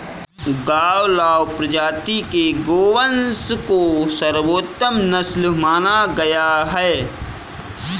गावलाव प्रजाति के गोवंश को सर्वोत्तम नस्ल माना गया है